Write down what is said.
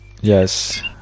Yes